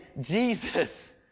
Jesus